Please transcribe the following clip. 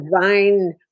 divine